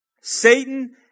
Satan